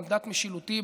מנדט משילותי.